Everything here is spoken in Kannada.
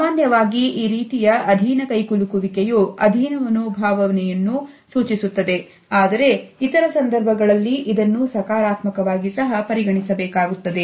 ಸಾಮಾನ್ಯವಾಗಿ ಈ ರೀತಿಯ ಅಧೀನ ಕೈಕುಲುಕುವಿಕೆಯು ಅಧೀನ ಮನೋಭಾವವನ್ನು ಸೂಚಿಸುತ್ತದೆ ಆದರೆ ಇತರ ಸಂದರ್ಭಗಳಲ್ಲಿ ಇದನ್ನು ಸಕಾರಾತ್ಮಕವಾಗಿ ಸಹ ಪರಿಗಣಿಸಬೇಕಾಗುತ್ತದೆ